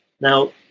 Now